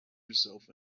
yourself